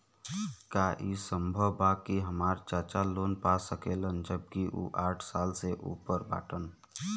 का ई संभव बा कि हमार चाचा लोन पा सकेला जबकि उ साठ साल से ऊपर बाटन?